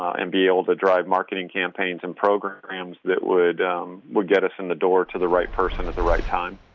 and be able to drive marketing campaigns and programs that would would get us in the door to the right person at the right time.